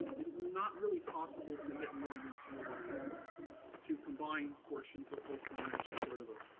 it's not really possible to get more than two areas to combine portions of folsom and rancho cordova.